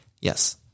Yes